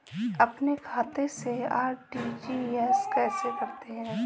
अपने खाते से आर.टी.जी.एस कैसे करते हैं?